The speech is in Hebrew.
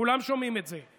כולם שומעים את זה: